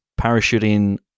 parachuting